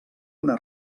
una